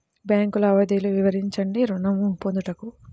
Bank లావాదేవీలు వివరించండి ఋణము పొందుటకు?